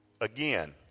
again